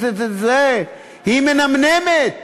היא מנמנמת.